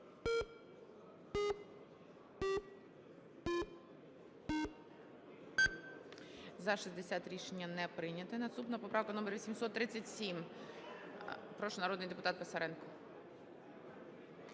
За-60 Рішення не прийнято. Наступна поправка - номер 837. Прошу, народний депутат Писаренко.